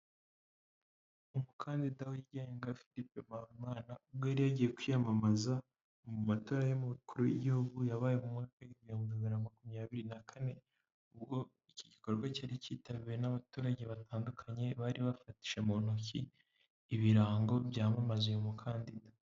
Umukandida wigenga Philipe MPAYIMANA, ubwo yari yagiye kwiyamamaza mu matora y'umukuru w'igihugu, yabaye mu mwaka w'ibihumbi bibiri na makumyabiri na kane, ubwo iki gikorwa cyari kitabiriwe n'abaturage batandukanye, bari bafashye mu ntoki ibirango byamamaza uyu mukandida.